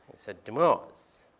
said, demoz,